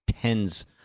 tens